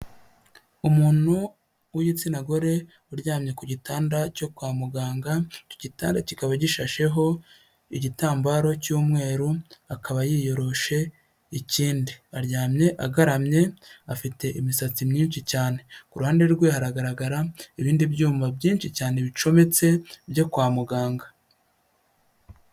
Umuntu w'igitsina gore uryamye ku gitanda cyo kwa muganga icyo gitada kikaba gishasheho igitambaro cy'umweru akaba yiyoroshe ikindi aryamye agaramye afite imisatsi myinshi cyane ku ruhande rwe hagaragara ibindi byuma byinshi cyane bicometse byo kwa muganga.